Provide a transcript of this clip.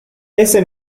ese